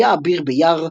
יה אביר ביר,